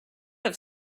have